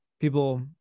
people